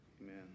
Amen